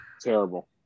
terrible